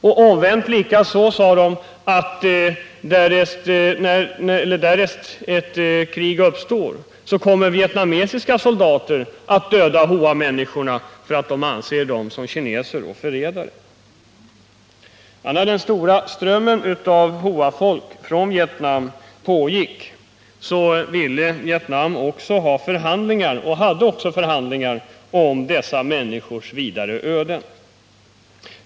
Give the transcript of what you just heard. Omvänt sade man att i ett krig kommer vietnamesiska soldater att döda Hoafolket, därför att de betraktar dem som kineser och därför som förrädare. När den stora strömmen av Hoafolk från Vietnam pågick ville Vietnam också ha förhandlingar om dessa människors vidare öden.